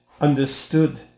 understood